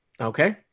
Okay